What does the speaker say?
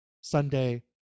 sunday